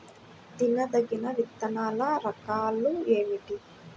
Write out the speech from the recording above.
తినదగిన విత్తనాల రకాలు ఏమిటి?